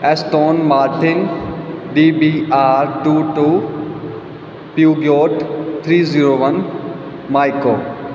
Aston Martin D B R two two ਟਿਊਬੋਟ three zero one ਮਾਈਕੋ